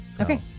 okay